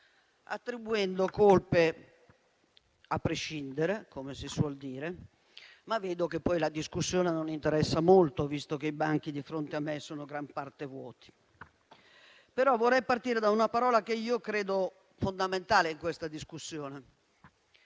attribuendo colpe a prescindere, come si suol dire. Vedo però che poi la discussione non interessa molto, visto che i banchi di fronte a me sono in gran parte vuoti. Vorrei partire da una parola che considero fondamentale in questa discussione.